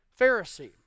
Pharisee